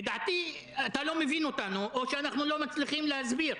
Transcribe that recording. לדעתי אתה לא מבין אותנו או שאנחנו לא מצליחים להסביר.